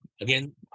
Again